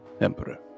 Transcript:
Emperor